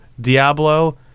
Diablo